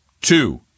Two